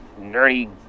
nerdy